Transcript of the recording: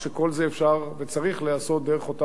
כשכל זה אפשר וצריך להיעשות דרך אותה